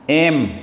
M